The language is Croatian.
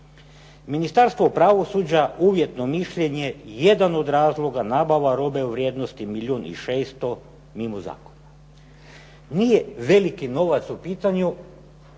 Ministarstvo pravosuđa, uvjetno mišljenje, jedan od razloga nabava robe u vrijednosti milijun i 600 mimo zakona. Nije veliki novac u pitanju.